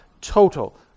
total